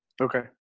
Okay